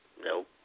nope